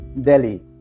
Delhi